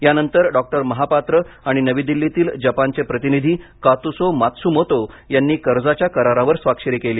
यानंतर डॉक्टर महापात्र आणि नवी दिल्लीतील जपानचे प्रतिनिधी कातुसो मात्सुमोतो यांनी कर्जाच्या करारावर स्वाक्षरी केली